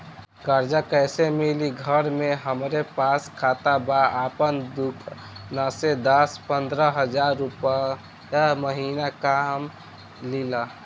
कर्जा कैसे मिली घर में हमरे पास खाता बा आपन दुकानसे दस पंद्रह हज़ार रुपया महीना कमा लीला?